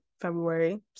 february